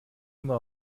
immer